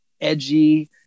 edgy